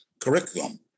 curriculum